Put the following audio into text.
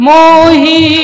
Mohi